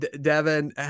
Devin